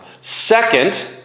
Second